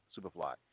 Superfly